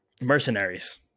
Mercenaries